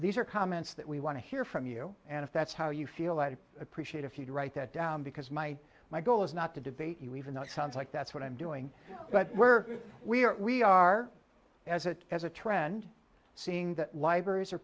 these are comments that we want to hear from you and if that's how you feel i'd appreciate if you to write that down because my my goal is not to debate you even though it sounds like that's what i'm doing but where we are we are as it has a trend seeing that libraries are